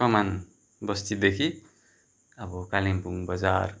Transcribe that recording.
कमान बस्तीदेखि अब कालिम्पोङ बजार